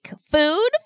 Food